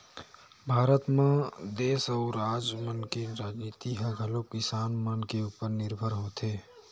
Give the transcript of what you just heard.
भारत म देस अउ राज मन के राजनीति ह घलोक किसान मन के उपर निरभर होथे